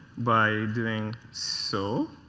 by doing so.